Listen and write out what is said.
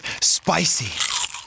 spicy